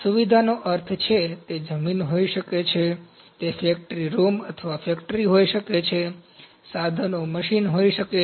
સુવિધાનો અર્થ છે તે જમીન હોઈ શકે છે તે ફેક્ટરી રૂમ અથવા ફેક્ટરી હોઈ શકે છે સાધનો મશીન હોઈ શકે છે